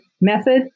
method